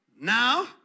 Now